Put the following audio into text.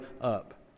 up